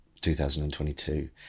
2022